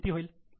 हे किती होतील